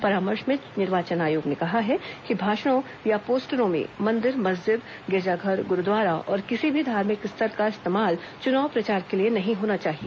परामर्श में निर्वाचन आयोग ने कहा कि भाषणों या पोस्टरों में मंदिर मस्जिद गिरजाघर गुरूद्वारा और किसी भी धार्मिक स्थल का इस्तेमाल चुनाव प्रचार के लिए नहीं होना चाहिए